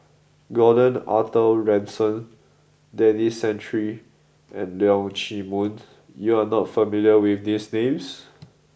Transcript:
Gordon Arthur Ransome Denis Santry and Leong Chee Mun you are not familiar with these names